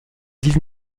dix